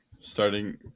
Starting